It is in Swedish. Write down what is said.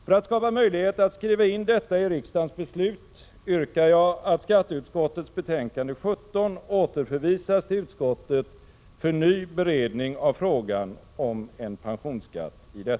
För att skapa möjlighet att skriva in detta i riksdagens beslut, yrkar jag härmed på att skatteutskottets betänkande 17 återförvisas till utskottet för ny beredning i detta avseende av frågan om en pensionsskatt.